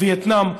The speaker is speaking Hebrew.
וייטנאם,